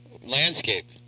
landscape